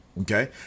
Okay